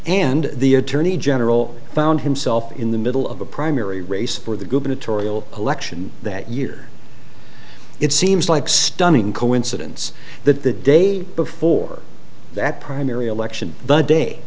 and the attorney general found himself in the middle of a primary race for the gubernatorial election that year it seems like stunning coincidence that the day before that primary election